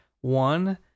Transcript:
one